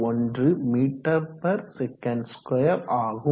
81 ms2 ஆகும்